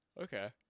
Okay